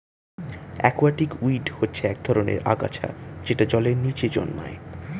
aquatic weed হচ্ছে এক ধরনের আগাছা যেটা জলের নিচে জন্মায়